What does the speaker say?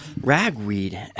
Ragweed